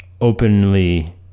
openly